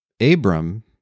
Abram